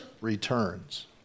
returns